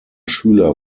schüler